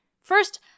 First